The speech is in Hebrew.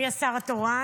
מי השר התורן?